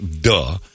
duh